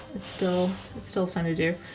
it's still. it's still fun to do.